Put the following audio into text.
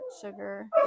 sugar